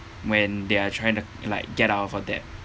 when they are trying to like get out of a debt